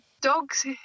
dogs